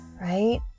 right